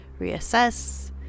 reassess